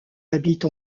habite